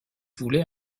voulez